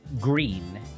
green